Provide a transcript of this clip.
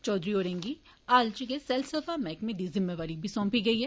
चौधरी होरें गी हाल इच गै सैलसफा मैह्कमें दी जिम्मेदारी सौंपी गेई ऐ